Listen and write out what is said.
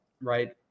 right